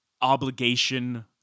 obligation